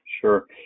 Sure